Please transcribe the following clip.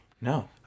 No